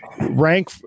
rank